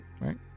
right